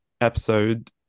episode